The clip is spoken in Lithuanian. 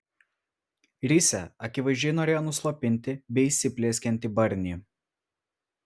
risia akivaizdžiai norėjo nuslopinti beįsiplieskiantį barnį